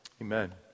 Amen